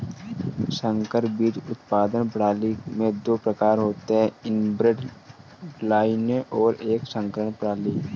संकर बीज उत्पादन प्रणाली में दो प्रकार होते है इनब्रेड लाइनें और एक संकरण प्रणाली